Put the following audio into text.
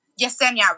Yesenia